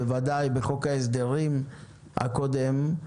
ודאי בחוק ההסדרים הקודם.